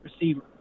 receiver